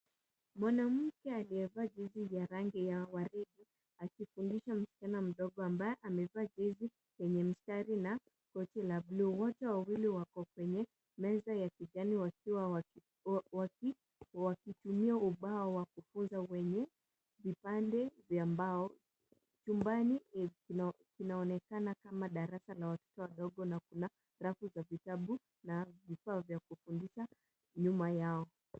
Mwanamke aliyevaa jezi ya rangi ya ua ridi aki mschana mdogo ambaye amevaa jezi yenye mstari na koti la bluu. Wote wawili wako kwenye meza ya kijani wakiwa wa- wa- waki- wakitumia ubao wa kufunza wenye vipande vya mbao. Chumbani kinao- kinaonekana kama darasa la watoto wadogo na kuna rafu za vitabu na vifaa vya kufundisha nyuma yao.